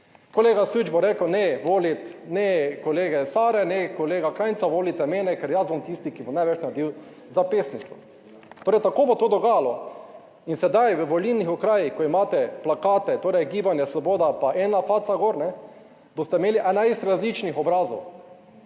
Kolega Süč bo rekel, ne voliti, ne kolege Sare, ne kolega Krajnca, volite mene, ker jaz bom tisti, ki bo največ naredil za Pesnico. Torej, tako bo to dogajalo. In sedaj v volilnih okrajih, ko imate plakate, torej Gibanje Svoboda, pa ena faca gor, boste imeli 11 različnih obrazov.